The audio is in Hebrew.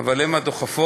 אבל הן הדוחפות.